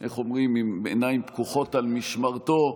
איך אומרים, עם עיניים פקוחות על משמרתו,